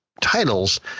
titles